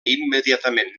immediatament